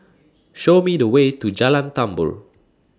Show Me The Way to Jalan Tambur